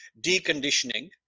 deconditioning